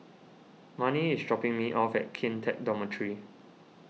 Marni is dropping me off at Kian Teck Dormitory